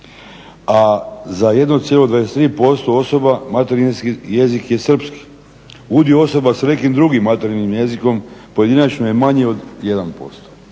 a za 1,23% osoba materijski jezik je srpski. Udio osoba sa nekim drugim materinjim jezikom pojedinačno je manji od 1%.